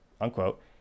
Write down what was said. unquote